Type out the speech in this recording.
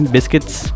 Biscuits